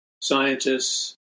scientists